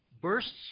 Bursts